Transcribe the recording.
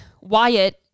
Wyatt